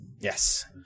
Yes